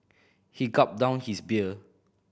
he gulped down his beer